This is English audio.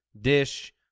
dish